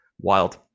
wild